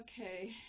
Okay